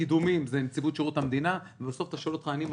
קידומים זה נציבות שירות המדינה ובסוף אתה שואל אותי אני,